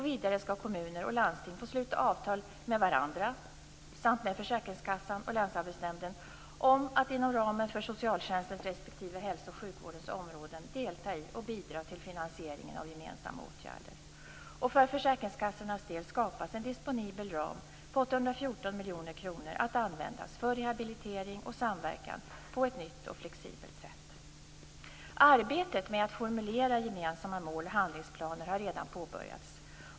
Vidare skall kommuner och landsting få sluta avtal med varandra samt med försäkringskassan och länsarbetsnämnden om att inom ramen för socialtjänstens respektive hälso och sjukvårdens områden delta i och bidra till finansieringen av gemensamma åtgärder. För försäkringskassornas del skapas en disponibel ram på 814 miljoner kronor att användas för rehabilitering och samverkan på ett nytt och flexibelt sätt. Arbetet med att formulera gemensamma mål och handlingsplaner har redan påbörjats.